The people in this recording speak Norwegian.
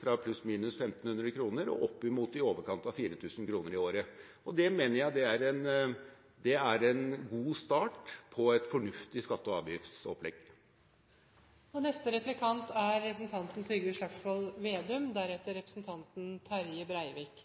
fra pluss/minus 1 500 kr og opp imot i overkant av 4 000 kr i året. Det mener jeg er en god start på et fornuftig skatte- og avgiftsopplegg. Det som representanten Limi definerer som enkelte særgrupper, er